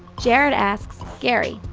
jared asks, gary,